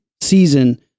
season